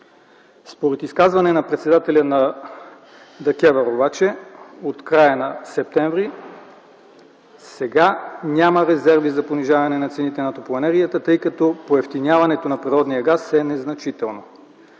Според изказване на председателя на ДКЕВР обаче от края на септември, сега няма резерви за понижаване на цените на топлоенергията, тъй като поевтиняването на природния газ е незначително.